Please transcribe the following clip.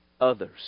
others